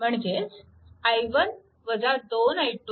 म्हणजेच i1 2 i2 1